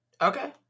Okay